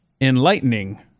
enlightening